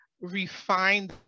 refine